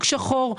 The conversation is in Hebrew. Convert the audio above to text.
בשוק שחור.